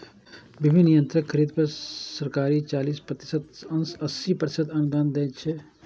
विभिन्न यंत्रक खरीद पर सरकार चालीस प्रतिशत सं अस्सी प्रतिशत अनुदान दै छै